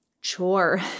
chore